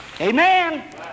Amen